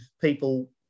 people